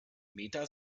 meta